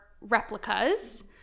replicas